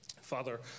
Father